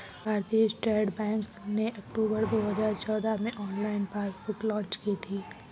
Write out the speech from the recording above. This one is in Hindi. भारतीय स्टेट बैंक ने अक्टूबर दो हजार चौदह में ऑनलाइन पासबुक लॉन्च की थी